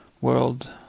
world